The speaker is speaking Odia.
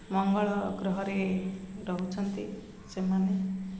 ମଙ୍ଗଳଗ୍ରହରେ ରହୁଛନ୍ତି ସେମାନେ